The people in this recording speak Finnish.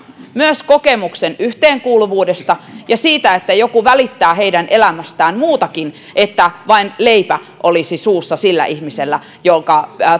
myös kokemuksen yhteenkuuluvuudesta ja siitä että joku välittää heidän elämästään muutenkin kuin että vain leipä olisi suussa sillä ihmisellä jonka